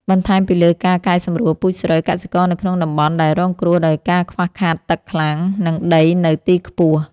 បន្ថែមពីលើការកែសម្រួលពូជស្រូវ កសិករនៅក្នុងតំបន់ដែលរងគ្រោះដោយការខ្វះខាតទឹកខ្លាំង និងដីនៅទីខ្ពស់។